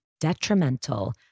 detrimental